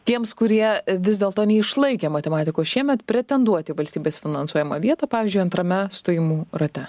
tiems kurie vis dėlto neišlaikė matematikos šiemet pretenduoti į valstybės finansuojamą vietą pavyzdžiui antrame stojimų rate